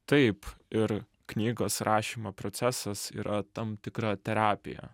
taip ir knygos rašymo procesas yra tam tikra terapija